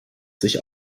sich